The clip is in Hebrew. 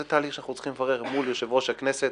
זה תהליך שאנחנו צריכים לברר מול יושב-ראש הכנסת